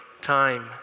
time